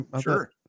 sure